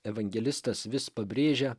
evangelistas vis pabrėžia